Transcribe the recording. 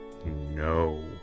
No